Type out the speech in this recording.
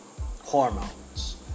hormones